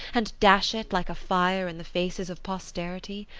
and dash it, like a fire, in the faces of posterity?